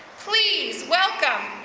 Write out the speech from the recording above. please welcome,